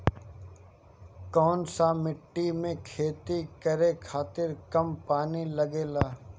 कौन सा मिट्टी में खेती करे खातिर कम पानी लागेला?